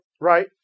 Right